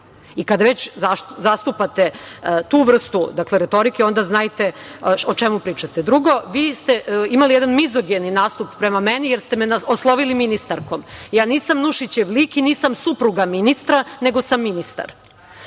Kada već zastupate tu vrstu retorike, onda znajte o čemu pričate. Drugo, vi ste imali jedan mizogeni nastup prema meni, jer ste me oslovili ministarkom, ja nisam Nušićev lik, i nisam supruga ministra, nego sam ministar.